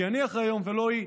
כי אני אחראי היום ולא היא.